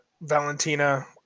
Valentina